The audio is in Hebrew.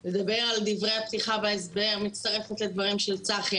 אני רוצה לדבר על דברי הפתיחה וההסבר ואני מצטרפת לדברים של צחי.